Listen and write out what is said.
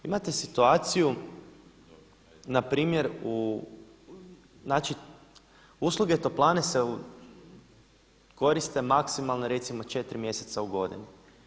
Imate situaciju npr. u, znači usluge toplane se koriste maksimalno recimo 4 mjeseca u godini.